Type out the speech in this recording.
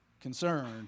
concerned